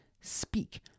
Speak